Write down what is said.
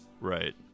Right